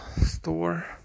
Store